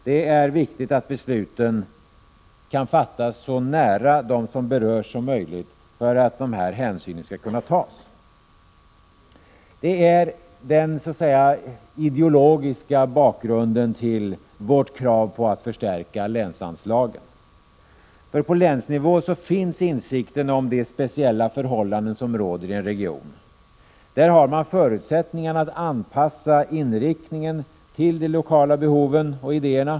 Det är viktigt att besluten kan fattas så nära dem som berörs som möjligt för att dessa hänsyn skall kunna tas. Det är så att säga den ideologiska bakgrunden till vårt krav på att länsanslagen skall förstärkas. På länsnivå finns insikten om de speciella förhållanden som råder i en region. Där har man förutsättningarna att anpassa inriktningen till de lokala behoven och idéerna.